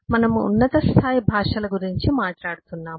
మనము ఉన్నత స్థాయి భాషల గురించి మాట్లాడుతున్నాము